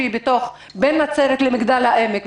שהיא בין נצרת למגדל העמק.